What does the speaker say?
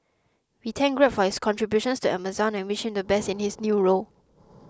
we thank Greg for his contributions to Amazon and wish him the best in his new role